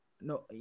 No